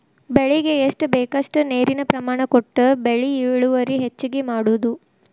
ಬೆಳಿಗೆ ಎಷ್ಟ ಬೇಕಷ್ಟ ನೇರಿನ ಪ್ರಮಾಣ ಕೊಟ್ಟ ಬೆಳಿ ಇಳುವರಿ ಹೆಚ್ಚಗಿ ಮಾಡುದು